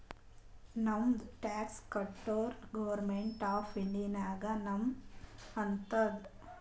ನಾವ್ ಟ್ಯಾಕ್ಸ್ ಕಟುರ್ government of ಇಂಡಿಯಾಗ ಇನ್ಕಮ್ ಆತ್ತುದ್